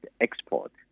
export